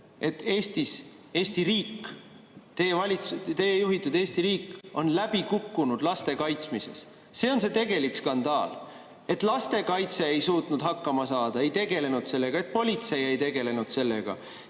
teie valitsus, teie juhitud Eesti riik on läbi kukkunud laste kaitsmises. See on see tegelik skandaal! Et lastekaitse ei suutnud hakkama saada, ei tegelenud sellega. Et politsei ei tegelenud sellega.